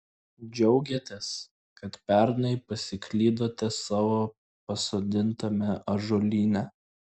džiaugiatės kad pernai pasiklydote savo pasodintame ąžuolyne